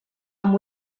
amb